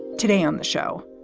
today on the show,